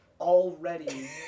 already